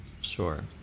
Sure